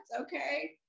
Okay